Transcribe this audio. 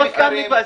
לא סתם נקבע.